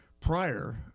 prior